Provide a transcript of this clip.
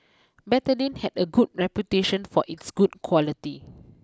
Betadine has a good reputation for it's good quality